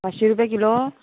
पांचशीं रुपया किलो